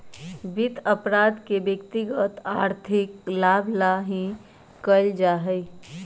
वित्त अपराध के व्यक्तिगत आर्थिक लाभ ही ला कइल जा हई